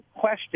question